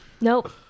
nope